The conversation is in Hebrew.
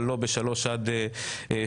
לא בגילאי שלוש עד שש,